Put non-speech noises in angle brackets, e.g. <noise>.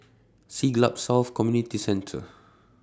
Siglap South Community Dee Centre <noise>